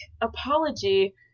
apology